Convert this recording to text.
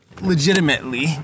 legitimately